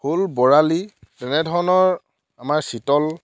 শ'ল বৰালি তেনেধৰণৰ আমাৰ চিতল